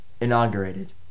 inaugurated